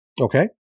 Okay